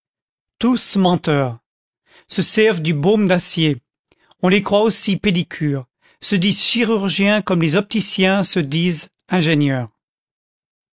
tous menteurs se servent du baume d'acier on les croit aussi pédicures se disent chirurgiens comme les opticiens se disent se disent ingénieurs